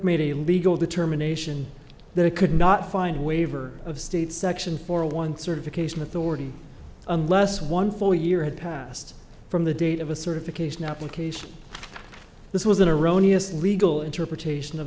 made a legal determination they could not find a waiver of state section for one certification authority unless one for a year had passed from the date of a certification application this was an erroneous legal interpretation of